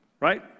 Right